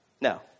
No